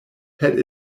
had